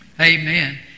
Amen